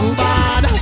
bad